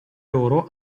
loro